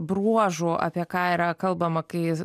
bruožų apie ką yra kalbama kai